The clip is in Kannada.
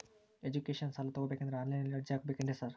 ಎಜುಕೇಷನ್ ಸಾಲ ತಗಬೇಕಂದ್ರೆ ಆನ್ಲೈನ್ ನಲ್ಲಿ ಅರ್ಜಿ ಹಾಕ್ಬೇಕೇನ್ರಿ ಸಾರ್?